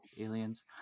aliens